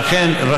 שאכן,